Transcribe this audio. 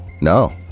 No